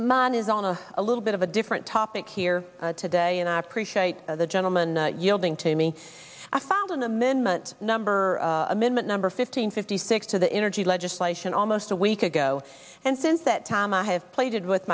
moniz on a a little bit of a different topic here today and i appreciate the gentleman yielding to me i found an amendment number amendment number fifteen fifty six to the energy legislation almost a week ago and since that time i have played with